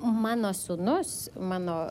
mano sūnus mano